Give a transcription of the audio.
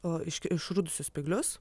o išrudusius spyglius